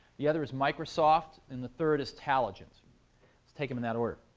the other is microsoft, and the third is taligent. let's take them in that order.